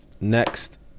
Next